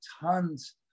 tons